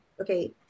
Okay